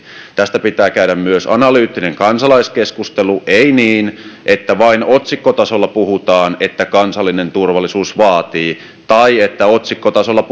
tästä pitää käydä myös analyyttinen kansalaiskeskustelu ei niin että vain otsikkotasolla puhutaan että kansallinen turvallisuus vaatii tai että otsikkotasolla